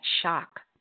shock